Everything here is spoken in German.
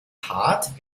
hart